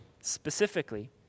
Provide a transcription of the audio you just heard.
Specifically